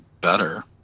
better